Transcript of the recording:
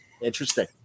interesting